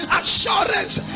assurance